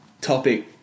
topic